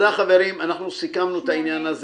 סיכמנו את העניין.